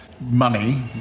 money